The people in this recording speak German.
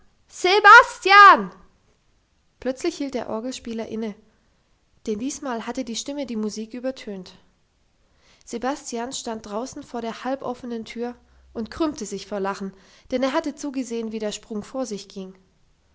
sebastian plötzlich hielt der orgelspieler inne denn diesmal hatte die stimme die musik übertönt sebastian stand draußen vor der halb offenen tür und krümmte sich vor lachen denn er hatte zugesehen wie der sprung vor sich ging